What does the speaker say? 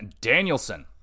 danielson